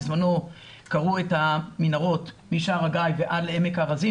בזמנו כרו את המנהרות משער הגיא ועד לעמק הארזים